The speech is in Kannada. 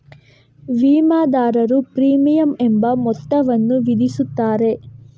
ವಿಮಾದಾರರು ಪ್ರೀಮಿಯಂ ಎಂಬ ಮೊತ್ತವನ್ನು ವಿಧಿಸುತ್ತಾರೆ